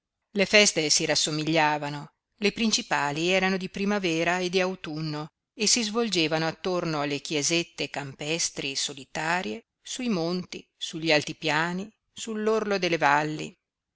le feste si rassomigliavano le principali erano di primavera e di autunno e si svolgevano attorno alle chiesette campestri solitarie sui monti sugli altipiani sull'orlo delle valli